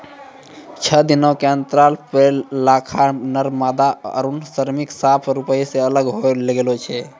छः दिनो के अंतराल पे लारवा, नर मादा आरु श्रमिक साफ रुपो से अलग होए लगै छै